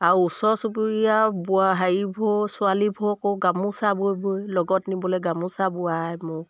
আৰু ওচৰ চুবুৰীয়া বোৱা হেৰিবোৰ ছোৱালীবোৰ গামোচা বৈ বৈ লগত নিবলৈ গামোচা বোৱাই মোক